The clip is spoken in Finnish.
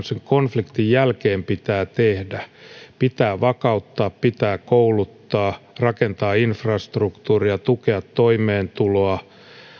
tämän konfliktin jälkeen pitää tehdä pitää vakauttaa pitää kouluttaa rakentaa infrastruktuuria tukea toimeentuloa